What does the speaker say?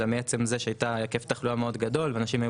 אלא מעצם זה שהיה היקף תחלואה מאוד גדול ואנשים היו